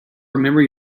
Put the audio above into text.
remember